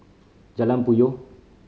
Jalan Puyoh